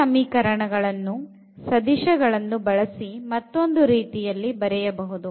ಈ ಸಮೀಕರಣಗಳನ್ನು ಸದಿಶಗಳನ್ನು ಬಳಸಿ ಮತ್ತೊಂದು ರೀತಿಯಲ್ಲಿ ಬರೆಯಬಹುದು